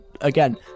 again